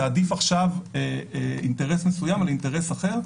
תעדיף עכשיו אינטרס מסוים על אינטרס אחר.